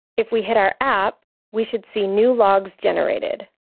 if we hit our app, we should see new logs generated.